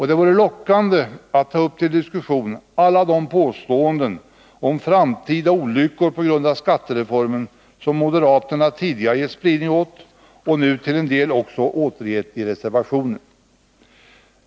Det vore lockande att ta upp till diskussion alla de påståenden om framtida olyckor på grund av skattereformen som moderaterna tidigare gett spridning åt och nu till en del också återgett i reservationen.